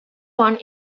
one